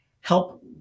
help